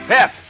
Pep